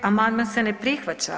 Amandman se ne prihvaća.